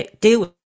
deal